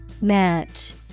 Match